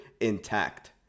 intact